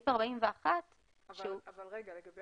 לגבי